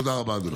תודה רבה, אדוני.